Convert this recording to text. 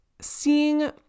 Seeing